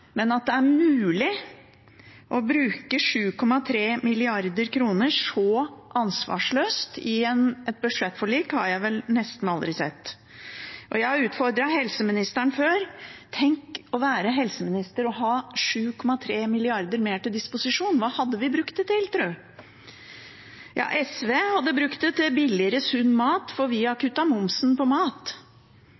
men at det er mulig å bruke 7,3 mrd. kr så ansvarsløst i et budsjettforlik, har jeg vel nesten aldri sett. Jeg har utfordret helseministeren før: Tenk å være helseminister og ha 7,3 mrd. kr mer til disposisjon. Hva hadde man brukt det til, tro? SV hadde brukt det til billigere sunn mat, for vi har